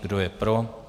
Kdo je pro?